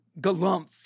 galumph